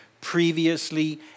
previously